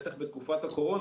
בטח בתקופת הקורונה,